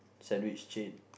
sandwich chain